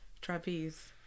Trapeze